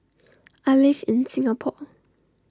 I live in Singapore